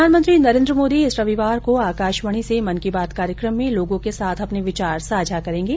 प्रधानमंत्री नरेन्द्र मोदी इस रविवार को आकाशवाणी से मन की बात कार्यक्रम में लोगों के साथ अपने विचार साझा करेंगे